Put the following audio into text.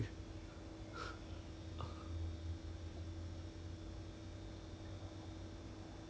ya then they ya then they they sort of it caught of sort of exploded immediately